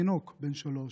תינוק בן שלוש,